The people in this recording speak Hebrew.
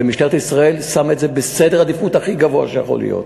ומשטרת ישראל שמה את זה בסדר העדיפות הכי גבוה שיכול להיות,